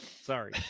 Sorry